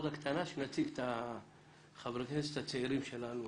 קטנה בה נציג את חברי הכנסת הצעירים שלנו